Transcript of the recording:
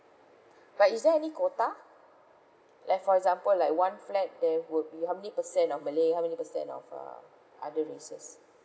but is there any quota like for example like one flat there would be how many percent of malay how many percent of uh other races